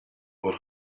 but